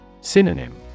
Synonym